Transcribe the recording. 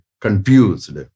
confused